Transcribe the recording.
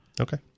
Okay